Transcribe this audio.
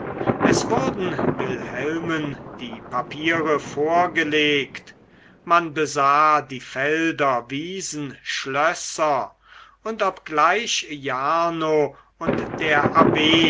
es wurden wilhelmen die papiere vorgelegt man besah die felder wiesen schlösser und obgleich jarno und der abb